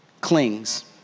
clings